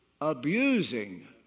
abusing